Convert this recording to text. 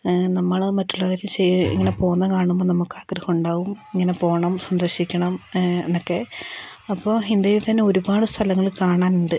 നമ്മൾ മറ്റുള്ളവർ ഇങ്ങനെ പോകണ കാണുമ്പം നമുക്ക് ആഗ്രഹം ഉണ്ടാകും ഇങ്ങനെ പോകണം സന്ദർശിക്കണം എന്നൊക്കെ അപ്പോൾ ഇന്ത്യയിൽ തന്നെ ഒരുപാട് സ്ഥലങ്ങൾ കാണാനുണ്ട്